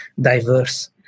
diverse